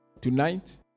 Tonight